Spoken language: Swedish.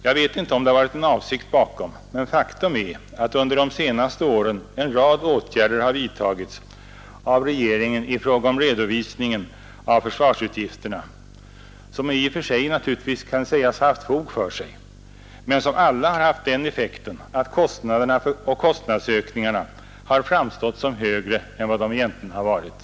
Jag vet inte om det har varit en avsikt bakom, men faktum är att en rad åtgärder under de senaste åren har vidtagits av regeringen i fråga om redovisningen av försvarsutgifterna, åtgärder som i och för sig kan ha haft fog för sig men som alla har haft den effekten att kostnaderna och kostnadsökningarna har framstått som större än vad de i verkligheten har varit.